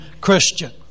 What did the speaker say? Christian